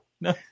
No